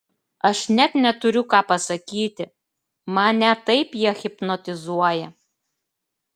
aš net neturiu ką pasakyti mane taip jie hipnotizuoja